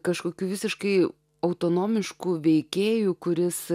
kažkokiu visiškai autonomišku veikėju kuris